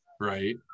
right